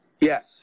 Yes